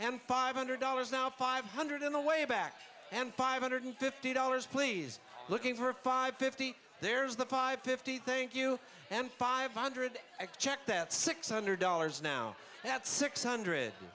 and five hundred dollars now five hundred in the way back and five hundred fifty dollars please looking for five fifty there's the five fifty thank you and five hundred check that six hundred dollars now at six hundred